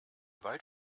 wald